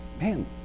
man